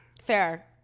fair